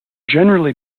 generally